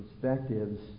perspectives